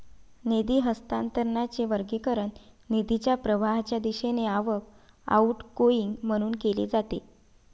निधी हस्तांतरणाचे वर्गीकरण निधीच्या प्रवाहाच्या दिशेने आवक, आउटगोइंग म्हणून केले जाते